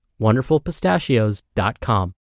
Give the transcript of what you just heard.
wonderfulpistachios.com